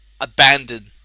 abandoned